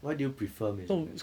why do you prefer maisonette